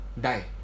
die